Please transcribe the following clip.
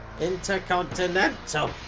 intercontinental